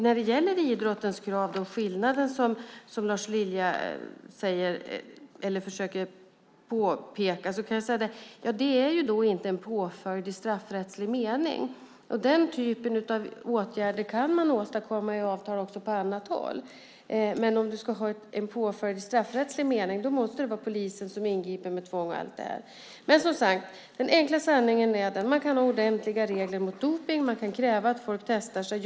När det gäller idrottens krav och den skillnad som Lars Lilja försöker peka på kan jag säga att det inte är fråga om en påföljd i straffrättslig mening. Den typen av åtgärder kan åstadkommas i avtal också på annat håll. Men för en påföljd i straffrättslig mening krävs det att polisen ingriper med tvång och allt sådant. Som sagt: Den enkla sanningen är att man kan ha ordentliga regler mot dopning och kräva att folk testar sig.